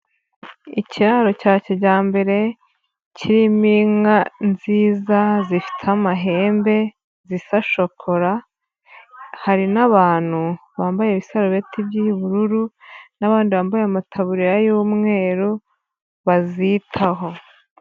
Ikiraro cya kijyambere kirimo inka nziza zifite amahembe zisa shokora, hari n'abantu bambaye ibisarubeti by'ubururu n'abandi bambaye amataburiya y'umweru bazitaho.